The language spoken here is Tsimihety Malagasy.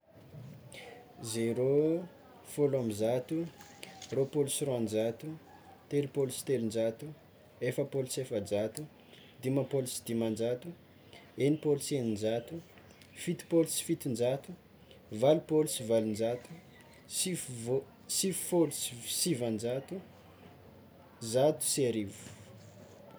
Zero, fôlo ambizato, rôpolo sy roanjato, telopolo sy telonjato, efapolo sy efajato, dimampôlo sy dimanjato, enimpôlo sy eninjato, fitopôlo sy fitonjato, valopôlo sy valonjato, sivivo- sivifôlo sy sivanjato, zato sy arivo.